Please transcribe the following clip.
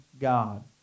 God